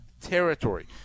territory